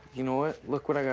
you know what? look what